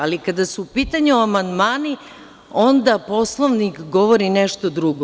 Ali, kada su u pitanju amandmani, onda Poslovnik govori nešto drugo.